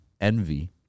Envy